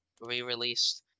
re-released